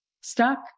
stuck